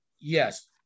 Yes